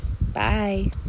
Bye